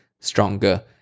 stronger